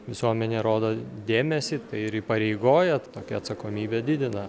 visuomenė rodo dėmesį tai ir įpareigoja tokia atsakomybė didina